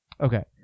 okay